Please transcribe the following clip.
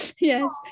Yes